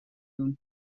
doen